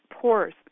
pores